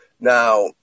Now